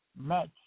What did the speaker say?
match